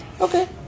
Okay